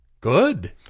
good